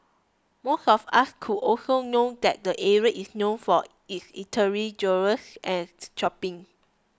most of us would also know that the area is known for its eatery jewellers and shopping